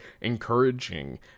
encouraging